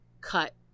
cut